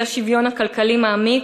האי-שוויון הכלכלי מעמיק,